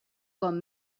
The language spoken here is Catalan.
com